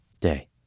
day